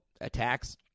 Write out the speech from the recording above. attacks